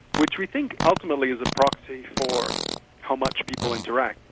which we think ultimately is a proxy for how much people interact,